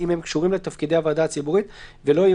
אם הם קשורים לתפקידי הוועדה ציבורית,